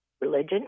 religion